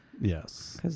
Yes